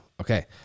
Okay